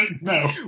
No